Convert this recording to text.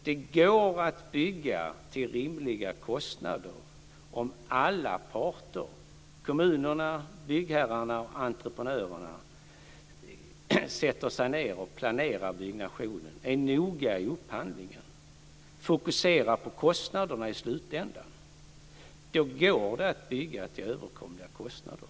Det går att bygga till rimliga kostnader om alla parter, kommunerna, byggherrarna och entreprenörerna, sätter sig ned och planerar byggnationen, är noga i upphandlingen och fokuserar på kostnaderna i slutändan. Då går det att bygga till överkomliga kostnader.